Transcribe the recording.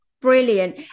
brilliant